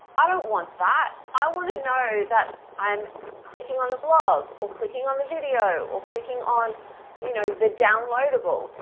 i don't want that, i want to know that i'm clicking on the blog or clicking on the video or clicking on you know the downloadable,